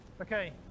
Okay